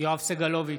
יואב סגלוביץ'